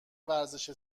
ورزش